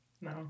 No